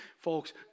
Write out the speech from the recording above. folks